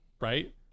right